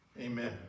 amen